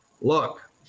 look